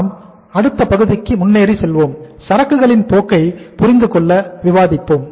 நாம் அடுத்த பகுதிக்கு முன்னேறிச் செல்வோம் சரக்குகளின் போக்கை புரிந்து கொள்ள விவாதிப்போம்